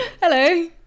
Hello